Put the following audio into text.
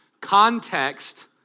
Context